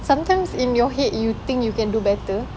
sometimes in your head you think you can do better